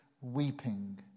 weeping